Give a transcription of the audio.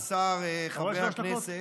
הכנסת,